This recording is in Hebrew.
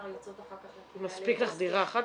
יוצאות אחר כך לקהילה -- מספיק לך דירה אחת